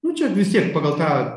nu čia vis tiek pagal tą